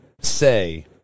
say